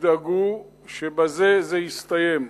ידאגו שבזה זה יסתיים.